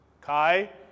Kai